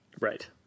right